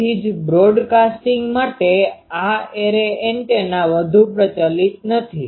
તેથી જ બ્રોડકાસ્ટિંગ માટે આ એરે એન્ટેના વધુ પ્રચલિત નથી